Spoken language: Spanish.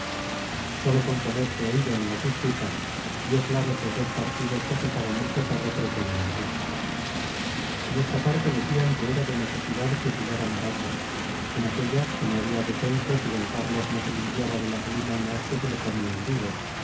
con poner su oído en las disputas vio claros los dos partidos que agitaban el cotarro pretendentil en esta parte decían que era de necesidad fusilar a marato en aquella que no había decencia si d carlos no se limpiaba de las alimañas que se le comían vivo